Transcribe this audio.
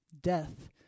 Death